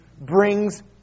brings